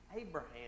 Abraham